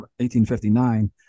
1859